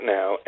now